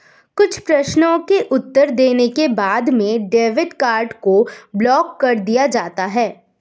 कुछ प्रश्नों के उत्तर देने के बाद में डेबिट कार्ड को ब्लाक कर दिया जाता है